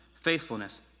faithfulness